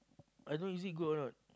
I don't know is it good or not